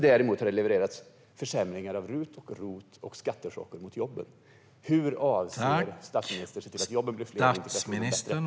Däremot har det levererats försämringar av RUT och ROT och skattechocker mot jobben. Hur avser statsministern att se till att jobben blir fler och integrationen bättre?